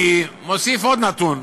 אני מוסיף עוד נתון,